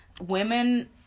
women